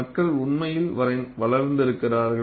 மக்கள் உண்மையில் வளர்ந்திருக்கிறார்கள்